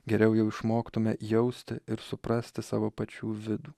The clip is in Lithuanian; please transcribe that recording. geriau jau išmoktume jausti ir suprasti savo pačių vidų